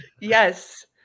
Yes